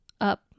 up